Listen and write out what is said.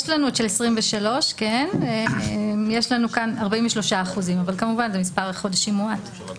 יש לנו את של 2023. יש לנו כאן 43%. אבל כמובן שזה מספר חודשים מועט.